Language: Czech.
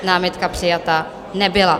Námitka přijata nebyla.